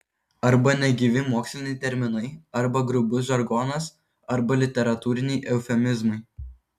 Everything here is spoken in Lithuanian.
arba negyvi moksliniai terminai arba grubus žargonas arba literatūriniai eufemizmai